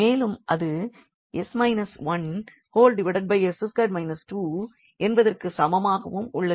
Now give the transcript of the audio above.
மேலும் அது என்பதற்கு சமமாகவும் உள்ளது